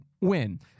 win